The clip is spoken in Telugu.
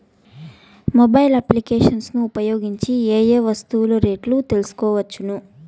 మొబైల్ అప్లికేషన్స్ ను ఉపయోగించి ఏ ఏ వస్తువులు రేట్లు తెలుసుకోవచ్చును?